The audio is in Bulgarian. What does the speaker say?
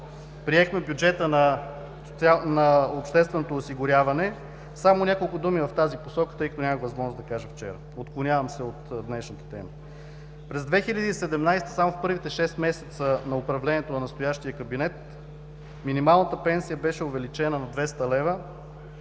приехме бюджета на общественото осигуряване, само няколко думи в тази посока, тъй като нямах възможност да ги кажа вчера. Отклонявам се от днешната тема. През 2017 г. само в първите шест месеца от управлението на настоящия кабинет, минималната пенсия беше увеличена на 200 лв.